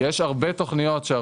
יש תכניות.